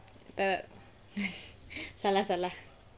uh salah salah